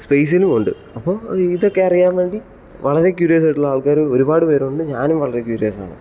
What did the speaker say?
സ്പേസിലുമുണ്ട് അപ്പോൾ ഇതൊക്കെ അറിയാൻ വേണ്ടി വളരെ ക്യൂരിയസ് ആയിട്ടുള്ള ആൾക്കാർ ഒരുപാട് പേരുണ്ട് ഞാനും വളരെ ക്യൂരിയസാണ്